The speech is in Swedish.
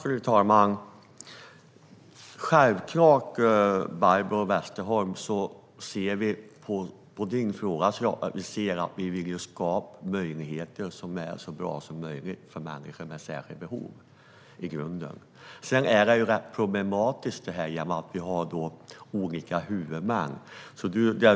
Fru talman! Självklart vill vi skapa så bra förutsättningar som möjligt för människor med särskilda behov, Barbro Westerholm. Sedan blir det problematiskt i och med att vi har olika huvudmän.